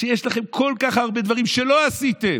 כשיש לכם כל כך הרבה דברים שלא עשיתם?